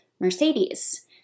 Mercedes